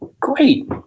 great